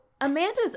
Amanda's